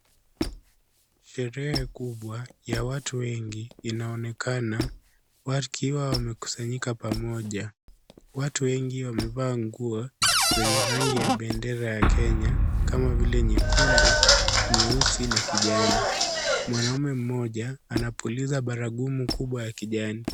Sherehe kubwa ya watu wengi inaonekana wakiwa wamekusanyika pamoja. Watu wengi wamevaa nguo zenye rangi ya bendera ya Kenya kama vile nyekundu, nyeusi na kijani. Mwanaume mmoja anapuliza barugumu kubwa ya kijani.